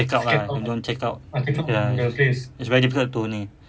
check out lah don't check out lah ya it's very difficult to ni